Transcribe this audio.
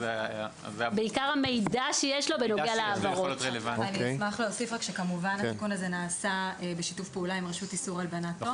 הזה כמובן נעשה בשיתוף פעולה עם הרשות לאיסור הלבנת הון.